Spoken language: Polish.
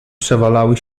przewalały